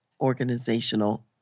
Organizational